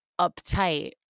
uptight